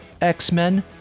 X-Men